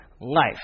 life